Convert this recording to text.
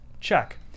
Check